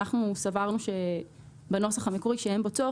אנחנו סברנו שבנוסח המקורי אין בו צורך.